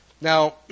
Now